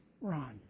Ron